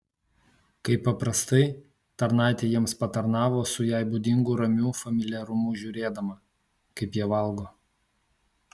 kaip paprastai tarnaitė jiems patarnavo su jai būdingu ramiu familiarumu žiūrėdama kaip jie valgo